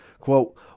Quote